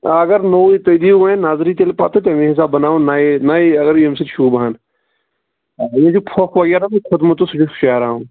آ اگر نوٚوُے تُہۍ دِیِو وۅنۍ نظرٕے تیٚلہِ پتہٕ تَمی حِسابہٕ بناوو نٔیے نٔیے اگر ییٚمہِ سۭتۍ شوٗبہٕ ہَن یِمن چھُ پھۅکھ وَغیرَہ چھُکھ کھوٚتمُت سُہ چھُ شیرناوُن